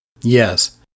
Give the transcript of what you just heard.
Yes